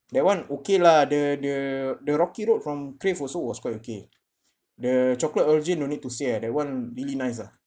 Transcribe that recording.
that one okay lah the the the rocky road from crave also was quite okay the chocolate origin no need to say ah that one really nice ah